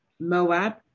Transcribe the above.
Moab